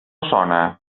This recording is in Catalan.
sona